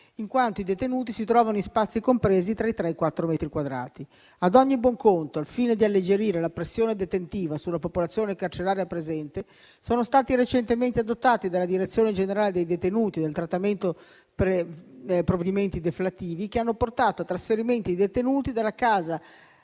in quanto i detenuti si trovano in spazi compresi tra i 3 e i 4 metri quadrati. Ad ogni buon conto, al fine di alleggerire la pressione detentiva sulla popolazione carceraria presente, sono stati recentemente adottati, dalla Direzione generale dei detenuti del trattamento, provvedimenti deflattivi che hanno portato a trasferimenti di detenuti dalla casa